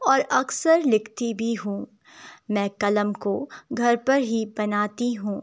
اور اکثر لکھتی بھی ہوں میں قلم کو گھر پر ہی بناتی ہوں